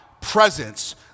presence